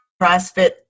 CrossFit